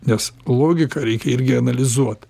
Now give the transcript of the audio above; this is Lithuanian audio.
nes logiką reikia irgi analizuot